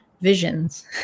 visions